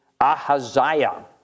Ahaziah